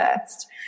first